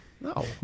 No